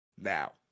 Now